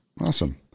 Awesome